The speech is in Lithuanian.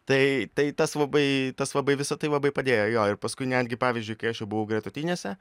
tai tai tas labai tas labai visa tai labai padėjo jo ir paskui netgi pavyzdžiui kai aš jau buvau gretutinėse